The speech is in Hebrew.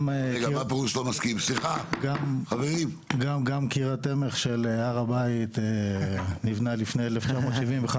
גם קיר התמך של הר הבית נבנה לפני 1975,